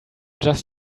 just